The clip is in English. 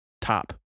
top